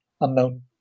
Unknown